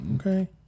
Okay